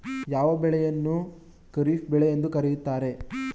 ಯಾವ ಬೆಳೆಯನ್ನು ಖಾರಿಫ್ ಬೆಳೆ ಎಂದು ಕರೆಯುತ್ತಾರೆ?